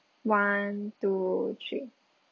one two three